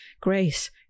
grace